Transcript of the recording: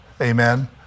Amen